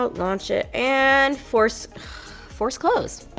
ah launch it and, forced forced closed!